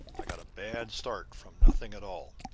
i got a bad start from nothing at all.